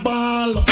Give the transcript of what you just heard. Ball